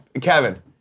Kevin